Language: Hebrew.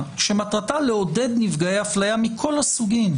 שמטרתה לעודד נפגעי אפליה מכל הסוגים,